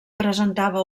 presentava